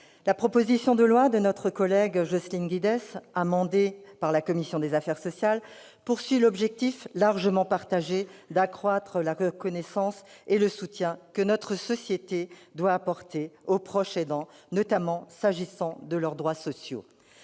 la proposition de loi de notre collègue Jocelyne Guidez, modifiée par la commission des affaires sociales, vise l'objectif, largement partagé, d'accroître la reconnaissance et le soutien que notre société doit apporter aux proches aidants, s'agissant notamment de leurs droits sociaux.